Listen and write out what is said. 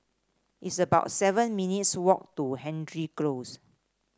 it's about seven minutes' walk to Hendry Close